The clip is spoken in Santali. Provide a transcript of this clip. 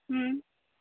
ᱦᱮᱸ